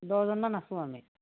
দহজনমান আছোঁ আমি